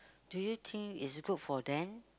do you think is good for them